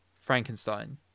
Frankenstein